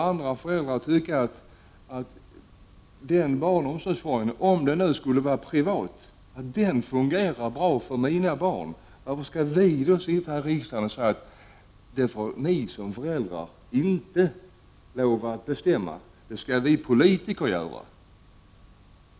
Om föräldrar tycker att en barnomsorgsform, även om den nu skulle vara privat, fungerar bra för deras barn, varför skall då vi sitta här i riksdagen och säga att det får ni som föräldrar inte lov att bestämma, det skall vi politiker göra?